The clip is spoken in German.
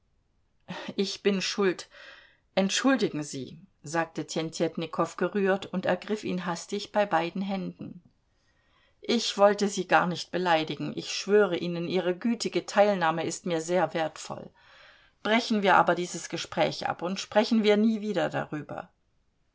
ich bin schuld entschuldigen sie sagte tjentjetnikow gerührt und ergriff ihn hastig bei beiden händen ich wollte sie gar nicht beleidigen ich schwöre ihnen ihre gütige teilnahme ist mir sehr wertvoll brechen wir aber dieses gespräch ab und sprechen wir nie wieder darüber